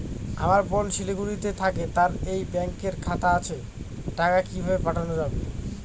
আমার বোন শিলিগুড়িতে থাকে তার এই ব্যঙকের খাতা আছে টাকা কি ভাবে পাঠানো যাবে?